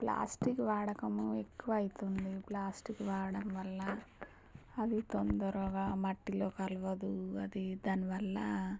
plastic వాడకము ఎక్కువ అవుతుంది ప్లాస్టిక్ వాడడం వల్ల అవి తొందరగా మట్టిలో కలవదు అది దానివల్ల